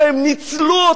ניצלו אותם,